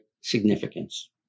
significance